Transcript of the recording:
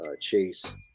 Chase